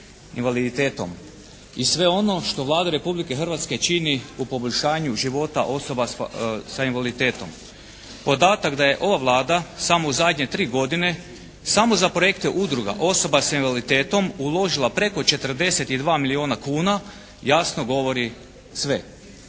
I sve ono što Vlada Republike Hrvatske čini u poboljšanju života osoba sa invaliditetom. Podatak da je ova Vlada samo u zadnje tri godine samo za projekte udruga osoba sa invaliditetom uložila preko 42 milijuna kuna jasno govori sve.